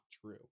true